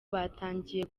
batangiye